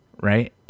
right